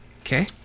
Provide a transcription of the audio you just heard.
Okay